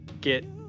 get